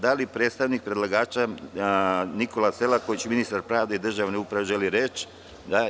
Da li predstavnik predlagača Nikola Selaković, ministar pravde i državne uprave želi reč?